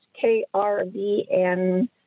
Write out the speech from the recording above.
K-R-V-N